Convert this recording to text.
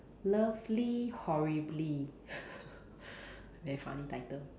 lovely horribly very funny title